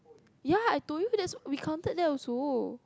ya I told you that's we counted that also